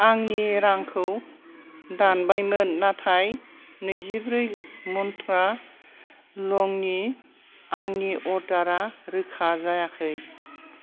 आंनि रांखौ दानबायमोन नाथाय नैजिब्रै मन्त्रा लंनि आंनि अर्डारा रोखा जायाखै